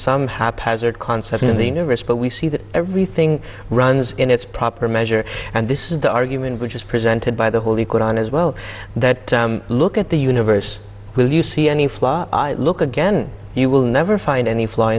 some haphazard concept in the universe but we see that everything runs in its proper measure and this is the argument which is presented by the holy koran as well that look at the universe will you see any flaw i look again you will never find any fl